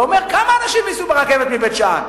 ואומר: כמה אנשים ייסעו ברכבת מבית-שאן,